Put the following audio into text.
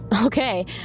Okay